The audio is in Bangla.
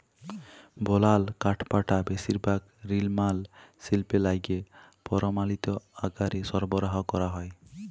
বলাল কাঠপাটা বেশিরভাগ লিরমাল শিল্পে লাইগে পরমালিত আকারে সরবরাহ ক্যরা হ্যয়